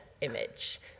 image